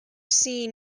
seen